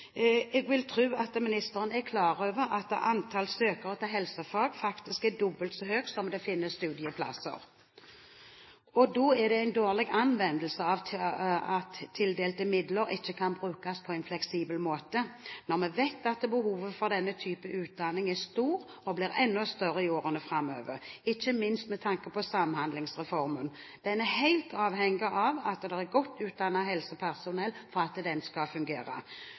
Jeg vil tro at ministeren er klar over at antall søkere til helsefag faktisk er dobbelt så høyt som det finnes studieplasser. Det er en dårlig anvendelse at tildelte midler ikke kan brukes på en fleksibel måte når vi vet at behovet for denne type utdanning er stort, og blir enda større i årene framover, ikke minst med tanke på Samhandlingsreformen. Den er helt avhengig av at det er et godt utdannet helsepersonell for at den skal fungere.